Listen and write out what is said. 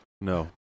No